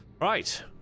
Right